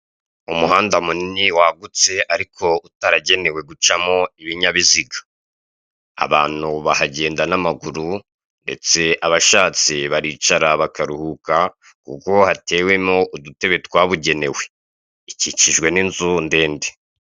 Umuhanda munini wagutse ariko utaragenewe gucamo ibinyabiziga. Abantu bahagenda n'amaguru, ndetse abashatse baricara bakaruhuka kuko hatewemo udutebe twabugenewe. Dukikijwe n'inzu ndende.